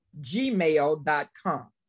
gmail.com